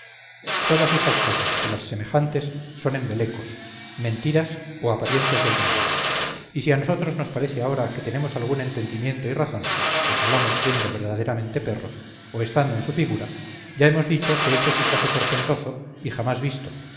todas estas cosas y las semejantes son embelecos mentiras o apariencias del demonio y si a nosotros nos parece ahora que tenemos algún entendimiento y razón pues hablamos siendo verdaderamente perros o estando en su figura ya hemos dicho que éste es caso portentoso y jamás visto